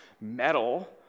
metal